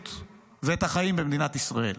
המציאות ואת החיים במדינת ישראל.